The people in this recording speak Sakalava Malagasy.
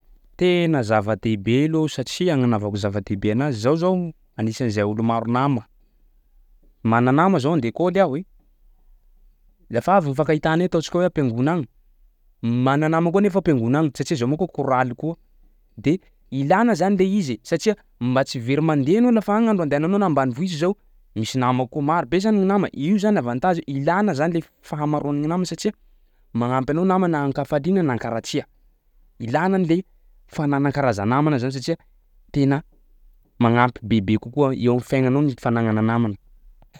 Tena zava-dehibe aloha satsia agnanavako zava-dehibe anazy zaho zao anisan'zay olo maro nama, mana nama zaho andeha ekôly aho e, lefa avy ny ifankahitanay ataontsika hoe am-piangona agny, mana nama koa nefa am-piangona agny satsia zaho manko choraly koa, de ilana zany le izy e satsia mba tsy very mandeha anao lafa agny andro andehananao na ambanivohitsy zao misy nama koa marobe zany gny nama; io zany avantage ilana zany le f- fahamaroan'ny nama satsia magnampy anao nama na an-kafalia na an-karatsia, ilànan'le fanana karaza-namana zany satsia tena magnampy bebe kokoa eo am'fiaignanao ny fagnagnana namana.